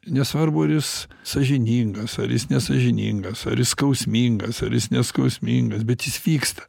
nesvarbu ar jis sąžiningas ar jis nesąžiningas ar jis skausmingas ar jis neskausmingas bet jis vyksta